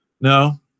No